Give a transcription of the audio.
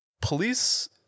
police